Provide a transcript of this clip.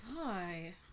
hi